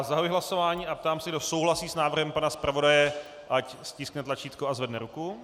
Zahajuji hlasování a ptám se, kdo souhlasí s návrhem pana zpravodaje, ať stiskne tlačítko a zvedne ruku.